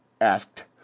asked